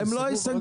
הם לא ייסגרו.